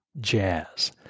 jazz